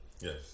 Yes